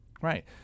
Right